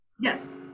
Yes